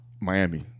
Miami